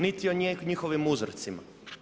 Niti o njihovim uzorcima.